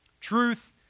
Truth